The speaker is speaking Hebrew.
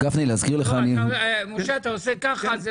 משה, אתה עושה ככה.